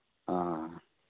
ᱦᱮᱸ